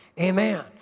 Amen